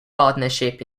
partnership